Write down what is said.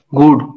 good